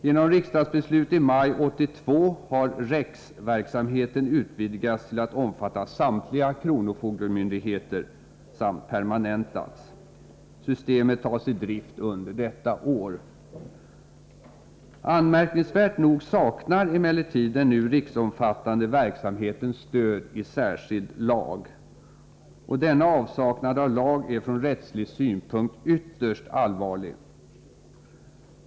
Genom riksdagsbeslut i maj 1982 har REX-verksamheten utvidgats till att omfatta samtliga kronofogdemyndigheter samt permanentats. Systemet tas i drift under detta år. Anmärkningsvärt nog saknar emellertid den nu riksomfattande verksamheten stöd i särskild lag. Denna avsaknad av lag är från rättslig synpunkt ytterst allvarlig.